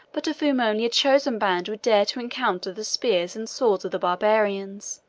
but of whom only a chosen band would dare to encounter the spears and swords of the barbarians.